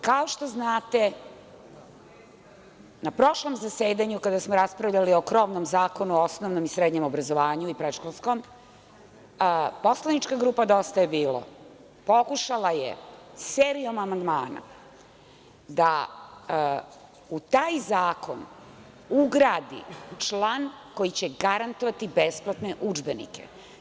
Kao što znate na prošlom zasedanju kada smo raspravljali o krovnom zakonu o osnovnom i srednjem obrazovanju i predškolskom, poslanička grupa „Dosta je bilo“, pokušala je serijama amandmana da u taj zakon ugradi član koji će garantovati besplatne udžbenike.